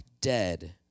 dead